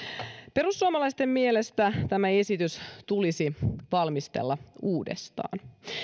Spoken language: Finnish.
perussuomalaisten mielestä tämä esitys tulisi valmistella uudestaan